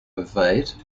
ovate